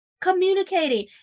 Communicating